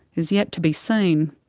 is yet to be seen.